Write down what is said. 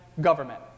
government